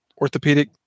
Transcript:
Orthopedic